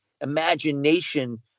imagination